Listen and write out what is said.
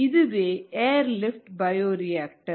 இதுவே airlift bioreactor